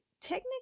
technically